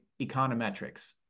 econometrics